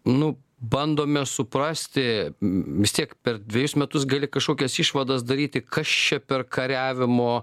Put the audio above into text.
nu bandome suprasti vis tiek per dvejus metus gali kažkokias išvadas daryti kas čia per kariavimo